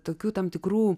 tokių tam tikrų